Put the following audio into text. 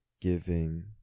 giving